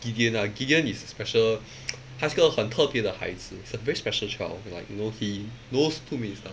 gideon ah gideon is a special 他是个很特别的孩子 he's a very special child like you know he knows too many stuff